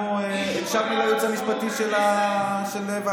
אנחנו הקשבנו ליועץ המשפטי של הוועדה.